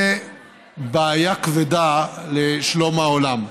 ובעיה כבדה לשלום העולם.